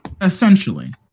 Essentially